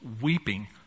weeping